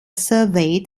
surveyed